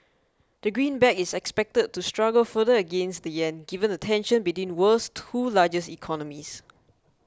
the greenback is expected to struggle further against the yen given the tension between world's two largest economies